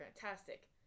fantastic